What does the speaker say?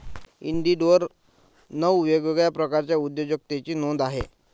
इंडिडवर नऊ वेगवेगळ्या प्रकारच्या उद्योजकतेची नोंद आहे